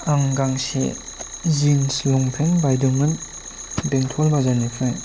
आं गांसे जिन्स लंपेन्ट बायदोंमोन बेंथल बाजारनिफ्राय